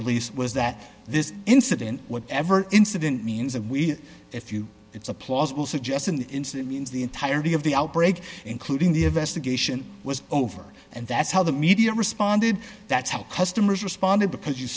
release was that this incident whatever incident means and we if you it's a plausible suggestion the incident means the entirety of the outbreak including the investigation was over and that's how the media responded that's how customers responded because you